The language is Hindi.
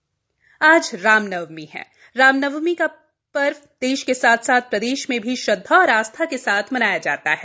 रामनवमीं आज रामनवमीं है रामनवमीं का पर्व देश के साथ साथ प्रदेश में भी श्रद्वा और आस्था के साथ मनाया जाता है